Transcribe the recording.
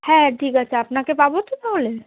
হ্যাঁ ঠিক আছে আপনাকে পাবো তো তাহলে